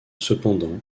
cependant